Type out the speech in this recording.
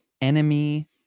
Enemy